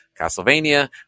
Castlevania